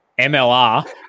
MLR